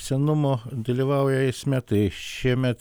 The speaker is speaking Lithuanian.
senumo dalyvauja eisme tai šiemet